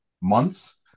months